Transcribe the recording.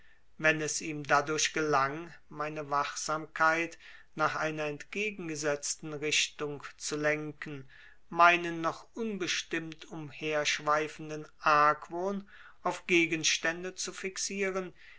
wenn es ihm dadurch gelang meine wachsamkeit nach einer entgegengesetzten richtung zu lenken meinen noch unbestimmt umherschweifenden argwohn auf gegenständen zu fixieren